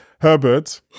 Herbert